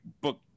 book